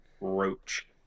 Roach